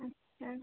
अच्छा